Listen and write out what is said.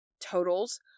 totals